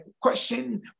question